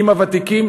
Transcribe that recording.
עם הוותיקים,